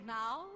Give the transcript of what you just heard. now